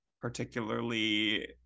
particularly